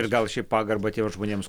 ir gal šiaip pagarbą tiems žmonėms